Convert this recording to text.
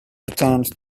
chance